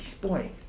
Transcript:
boy